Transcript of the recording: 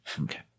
Okay